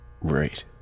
Right